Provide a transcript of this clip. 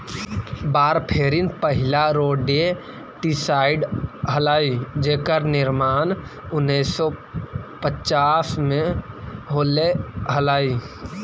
warfarin पहिला rodenticide हलाई जेकर निर्माण उन्नीस सौ पच्चास में होले हलाई